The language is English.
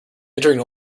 injuring